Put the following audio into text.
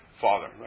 father